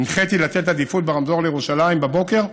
הנחיתי לתת עדיפות ברמזור לירושלים בבוקר,